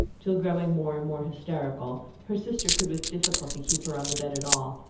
till growing more and more hysterical, her sister could with difficulty keep her on the bed at all,